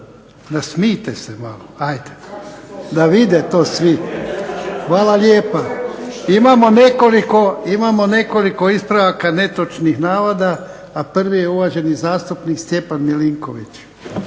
Nasmijte se malo, ajde. Da vide to svi. … /Buka u dvorani./… Imamo nekoliko ispravaka netočnih navoda, a prvi je uvaženi zastupnik Stjepan Milinković.